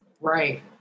Right